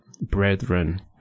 Brethren